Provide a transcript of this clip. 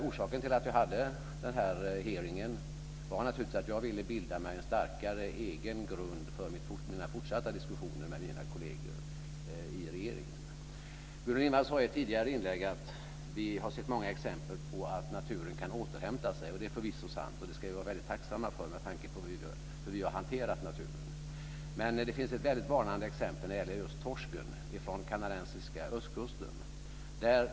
Orsaken till att denna hearing anordnades var att jag ville bilda en egen starkare grund för mina fortsatta diskussioner med mina kolleger i regeringen. Gudrun Lindvall sade i ett tidigare inlägg att vi har sett många exempel på att naturen kan återhämta sig, och det är förvisso sant och det ska vi vara väldigt tacksamma för med tanke på hur vi har hanterat naturen. Men det finns ett väldigt varnande exempel från den kanadensiska östkusten när det gäller just torsken.